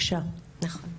נכון.